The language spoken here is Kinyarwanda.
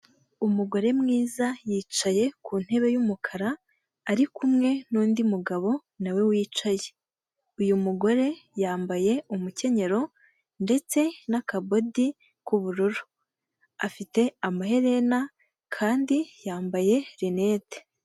Umugore mwiza yicaye ku ntebe y'umukara, ari kumwe n'undi mugabo, nawe wicaye, uyu mugore yambaye umukenyero, ndetse n'akabodi k'ubururu, afite amaherena kandi yambaye rinete.